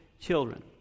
children